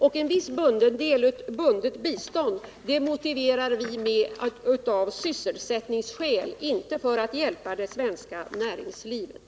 Ett visst bundet bistånd kan vi vara med om av sysselsättningsskäl, men inte för att hjälpa det svenska näringslivet.